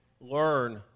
learn